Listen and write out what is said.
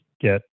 get